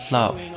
Love 》 。